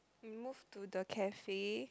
we move to the cafe